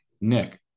nick